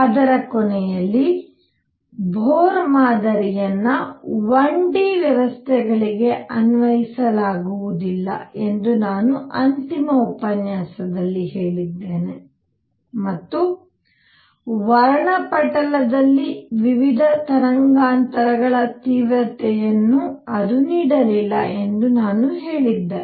ಅದರ ಕೊನೆಯಲ್ಲಿ ಬೋರ್ ಮಾದರಿಯನ್ನು 1 D ವ್ಯವಸ್ಥೆಗಳಿಗೆ ಅನ್ವಯಿಸಲಾಗುವುದಿಲ್ಲ ಎಂದು ನಾನು ಅಂತಿಮ ಉಪನ್ಯಾಸದಲ್ಲಿ ಹೇಳಿದ್ದೇನೆ ಮತ್ತು ವರ್ಣಪಟಲದಲ್ಲಿ ವಿವಿಧ ತರಂಗಾಂತರಗಳ ತೀವ್ರತೆಯನ್ನು ಅದು ನೀಡಲಿಲ್ಲ ಎಂದು ನಾನು ಹೇಳಿದ್ದೆ